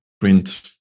print